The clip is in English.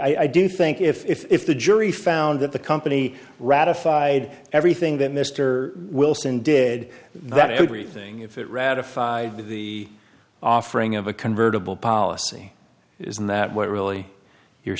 completely i do think if the jury found that the company ratified everything that mr wilson did that everything if it ratified the offering of a convertible policy isn't that what really you're